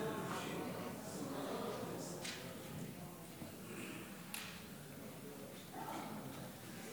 כבוד היושב-ראש, כנסת נכבדה, ממשלה,